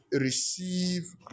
receive